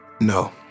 No